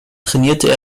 trainierte